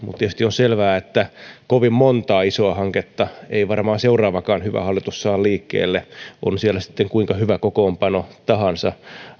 tietysti on selvää että kovin montaa isoa hanketta ei varmaan seuraavakaan hyvä hallitus saa liikkeelle on siellä sitten kuinka hyvä kokoonpano tahansa